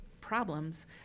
problems